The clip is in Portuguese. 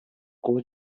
cor